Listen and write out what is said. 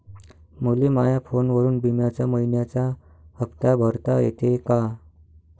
मले माया फोनवरून बिम्याचा मइन्याचा हप्ता भरता येते का?